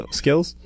skills